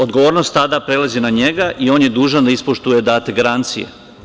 Odgovornost tada prelazi na njega i on je dužan da ispoštuje date garancije.